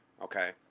Okay